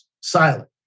silent